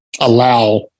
allow